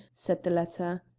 said the latter.